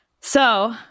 So-